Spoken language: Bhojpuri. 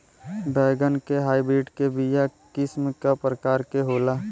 बैगन के हाइब्रिड के बीया किस्म क प्रकार के होला?